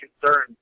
concerns